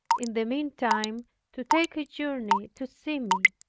in the meantime to take a journey to see me.